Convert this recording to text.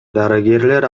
дарыгерлер